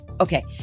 Okay